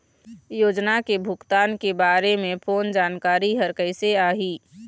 योजना के भुगतान के बारे मे फोन जानकारी हर कइसे आही?